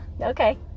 okay